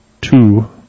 two